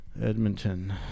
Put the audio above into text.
Edmonton